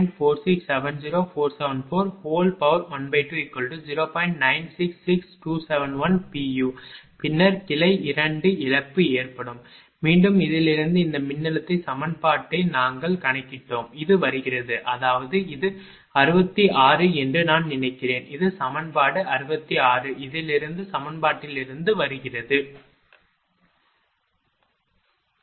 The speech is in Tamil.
பின்னர் V3D2 A212 மீண்டும் இதிலிருந்து இந்த மின்னழுத்த சமன்பாட்டை நாங்கள் கணக்கிட்டோம் இது வருகிறது அதாவது இது 66 என்று நான் நினைக்கிறேன் இது சமன்பாடு 66 இதிலிருந்து இந்த சமன்பாட்டிலிருந்து வருகிறது இல்லையா